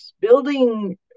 building